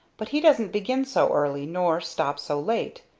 but he doesn't begin so early, nor stop so late.